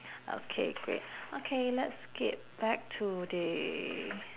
okay great okay let's skip back to the